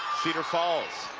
cedar falls.